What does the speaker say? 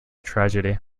tragedy